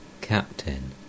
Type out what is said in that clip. Captain